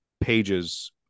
pages